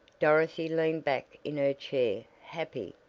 dorothy leaned back in her chair happy.